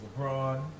LeBron